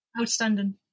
outstanding